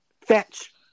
fetch